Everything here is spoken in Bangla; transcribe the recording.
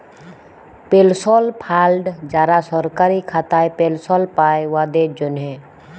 পেলশল ফাল্ড যারা সরকারি খাতায় পেলশল পায়, উয়াদের জ্যনহে